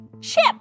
Chip